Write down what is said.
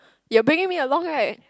you're bringing me along right